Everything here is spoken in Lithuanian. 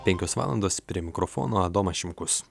penkios valandos prie mikrofono adomas šimkus